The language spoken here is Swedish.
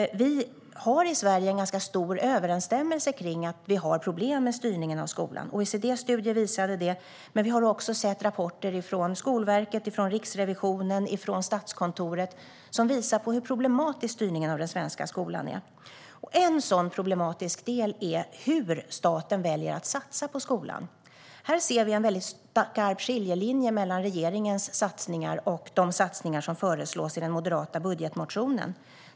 I Sverige råder en samstämmighet om att det finns problem med styrningen av skolan. OECD:s studier visar detta, men vi har också sett rapporter från Skolverket, Riksrevisionen och Statskontoret som visar hur problematisk styrningen av den svenska skolan är. En sådan problematisk del är hur staten väljer att satsa på skolan. Här finns en skarp skiljelinje mellan regeringens satsningar och de satsningar som föreslås i den moderata budgetmotionen.